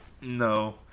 No